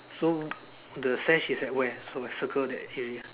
so the sash is at where so I circle that area